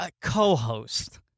Co-host